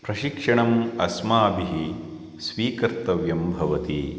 प्रशिक्षणम् अस्माभिः स्वीकर्तव्यं भवति